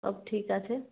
সব ঠিক আছে